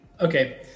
okay